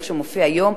כפי שמופיע היום,